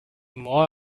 more